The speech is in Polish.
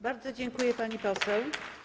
Bardzo dziękuję, pani poseł.